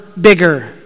bigger